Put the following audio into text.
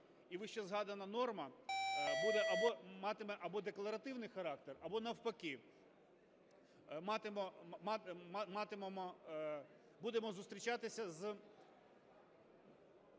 і вищезгадана норма матиме або декларативний характер, або, навпаки, будемо зустрічатися з